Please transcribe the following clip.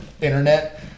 internet